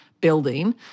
building